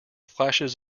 flashes